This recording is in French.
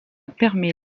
permet